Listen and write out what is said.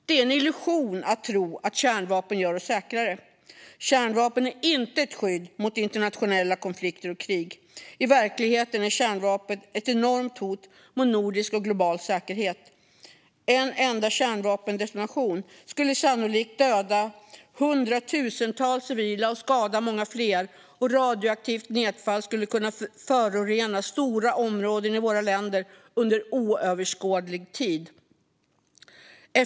Det är en illusion att kärnvapen gör oss säkrare. Kärnvapen är inte ett skydd mot internationella konflikter och krig. I verkligheten är kärnvapen ett enormt hot mot nordisk och global säkerhet. En enda kärnvapendetonation skulle sannolikt döda hundratusentals civila och skada många fler, och radioaktivt nedfall skulle kunna förorena stora områden i våra länder under oöverskådlig tid.